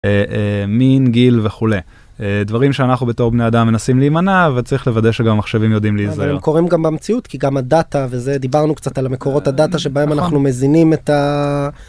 מין גיל וכולי דברים שאנחנו בתור בני אדם מנסים להימנע וצריך לוודא שגם מחשבים יודעים להיזהר קוראים גם המציאות כי גם הדאטה וזה דיברנו קצת על המקורות הדאטה שבהם אנחנו מזינים את.